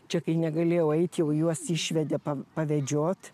čia kai negalėjau eit jau juos išvedė pavedžiot